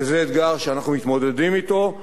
וזה אתגר שאנחנו מתמודדים אתו,